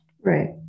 right